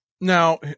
now